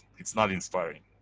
it's not inspiring,